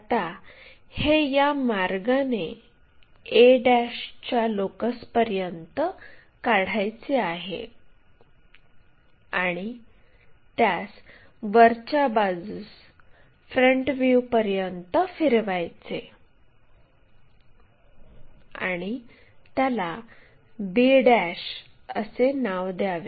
आता हे या मार्गाने a च्या लोकसपर्यंत काढायचे आहे आणि त्यास वरच्या बाजूस फ्रंट व्ह्यूपर्यंत फिरवायचे आणि त्याला b असे नाव द्यावे